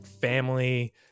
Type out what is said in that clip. family –